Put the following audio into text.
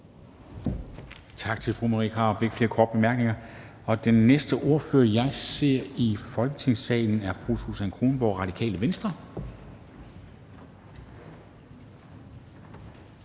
Tak til fru Marie Krarup. Der er ikke flere korte bemærkninger. Den næste ordfører, jeg ser i Folketingssalen, er fru Susan Kronborg, Radikale Venstre.